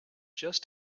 just